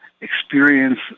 experience